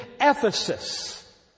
Ephesus